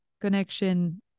connection